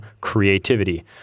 creativity